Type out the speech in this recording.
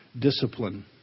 discipline